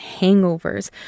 hangovers